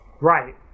Right